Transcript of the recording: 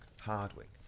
Hardwick